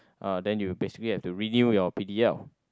uh then you basically have to renew your P_d_L